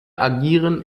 agieren